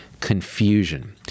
confusion